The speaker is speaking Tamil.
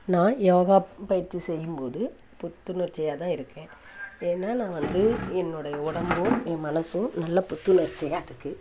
நான் யோகா பயிற்சி செய்யும் போது புத்துணர்ச்சியாக தான் இருக்கேன் ஏன்னால் நான் வந்து என்னுடைய உடம்பும் என் மனசும் நல்ல புத்துணர்ச்சியாக இருக்குது